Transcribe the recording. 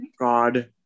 God